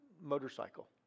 motorcycle